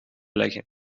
leggen